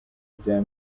bya